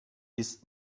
ist